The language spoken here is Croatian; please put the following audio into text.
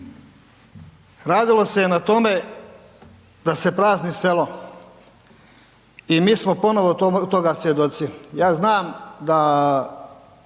rdilo se na tome da se prazni selo i mi smo ponovno toga svjedoci, ja znam da